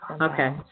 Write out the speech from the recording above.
Okay